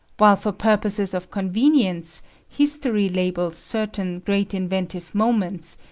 while for purposes of convenience, history labels certain great inventive movements,